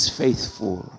faithful